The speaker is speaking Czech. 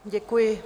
Děkuji.